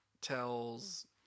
tells